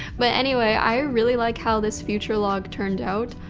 but anyway, i really like how this future log turned out.